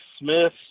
Smith